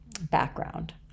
background